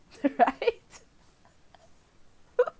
right